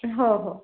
हो हो